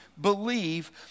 believe